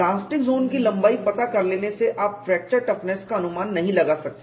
plastic zone की लंबाई पता कर लेने से आप फ्रैक्चर टफनेस का अनुमान नहीं लगा सकते